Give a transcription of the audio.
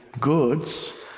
goods